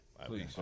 Please